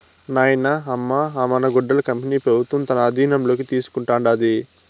నాయనా, అమ్మ అ మన గుడ్డల కంపెనీ పెబుత్వం తన ఆధీనంలోకి తీసుకుంటాండాది